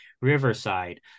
Riverside